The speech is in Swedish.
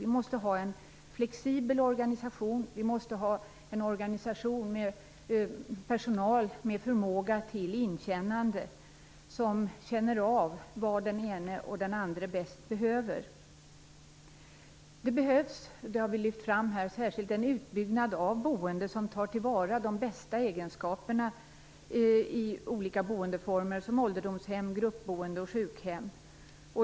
Vi måste ha en flexibel organisation, en organisation med personal som har förmåga till inkännande och som känner av vad den ene och den andre bäst behöver. Det behövs, det har vi lyft fram här, särskilt en utbyggnad av boende som tar till vara de bästa egenskaperna i olika boendeformer som ålderdomshem, gruppboende och sjukhem.